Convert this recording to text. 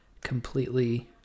completely